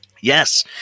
yes